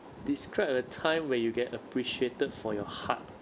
describe a time where you get appreciated for your hard